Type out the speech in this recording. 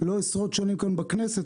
עשרות שנים פה בכנסת,